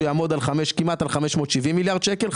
הוא יעמוד על כמעט 570 מיליארד שקל,